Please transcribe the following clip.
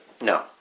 No